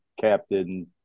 captain